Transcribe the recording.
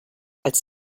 als